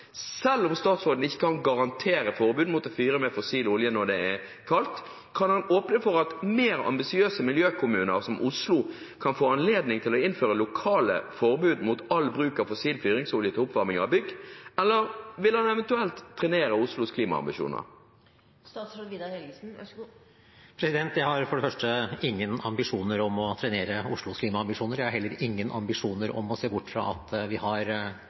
Selv om statsråden ikke kan garantere forbud mot å fyre med fossil olje når det er kaldt, kan han åpne for at mer ambisiøse miljøkommuner, som Oslo, kan få anledning til å innføre lokale forbud mot all bruk av fossil fyringsolje til oppvarming av bygg, eller vil han eventuelt trenere Oslos klimaambisjoner? Jeg har for det første ingen ambisjoner om å trenere Oslos klimaambisjoner. Jeg har heller ingen ambisjoner om å se bort fra at vi har